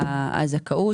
אמר.